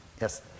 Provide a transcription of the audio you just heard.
Yes